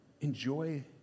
enjoy